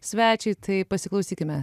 svečiui tai pasiklausykime